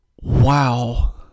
Wow